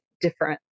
different